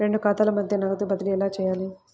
రెండు ఖాతాల మధ్య నగదు బదిలీ ఎలా చేయాలి?